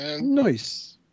Nice